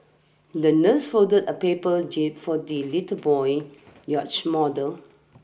the nurse folded a paper jib for the little boy's yacht model